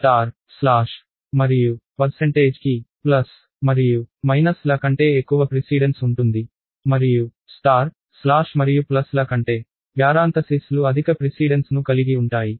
star slash మరియు percentage కి plus మరియు మైనస్ల కంటే ఎక్కువ ప్రిసీడెన్స్ ఉంటుంది మరియు స్టార్ స్లాష్ మరియు ప్లస్ల కంటే ప్యారాంథసిస్ లు అధిక ప్రిసీడెన్స్ ను కలిగి ఉంటాయి